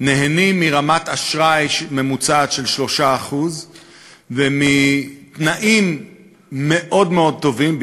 נהנים מרמת אשראי ממוצעת של 3% ומתנאים מאוד מאוד טובים,